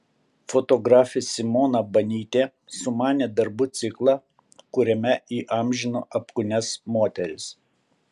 fotografė simona banytė sumanė darbų ciklą kuriame įamžino apkūnias moteris